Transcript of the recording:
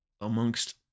amongst